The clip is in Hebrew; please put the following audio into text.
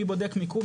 מי בודק מיקום,